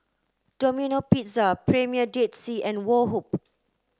Domino Pizza Premier Dead Sea and Woh Hup